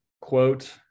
quote